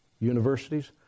universities